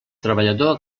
treballador